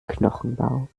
knochenbau